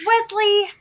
Wesley